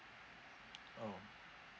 orh